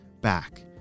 back